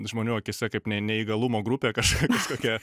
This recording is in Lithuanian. žmonių akyse kaip ne neįgalumo grupė kažkokia